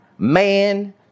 Man